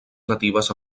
natives